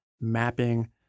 mapping